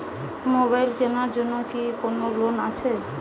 Mobile কেনার জন্য কি কোন লোন আছে?